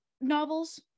novels